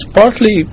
partly